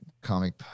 comic